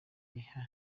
iha